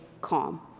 calm